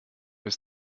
bis